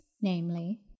namely